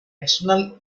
external